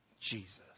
Jesus